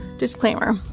Disclaimer